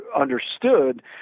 understood